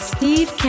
Steve